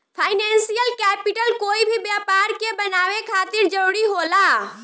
financial capital कोई भी व्यापार के बनावे खातिर जरूरी होला